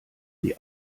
die